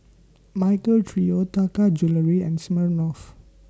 Michael Trio Taka Jewelry and Smirnoff